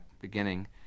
beginning